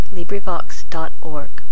LibriVox.org